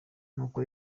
nuko